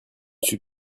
suis